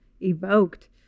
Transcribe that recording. evoked